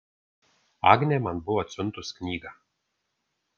agnė man buvo atsiuntus knygą